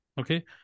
okay